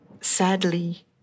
sadly